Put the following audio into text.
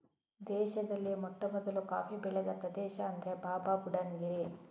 ದೇಶದಲ್ಲಿಯೇ ಮೊಟ್ಟಮೊದಲು ಕಾಫಿ ಬೆಳೆದ ಪ್ರದೇಶ ಅಂದ್ರೆ ಬಾಬಾಬುಡನ್ ಗಿರಿ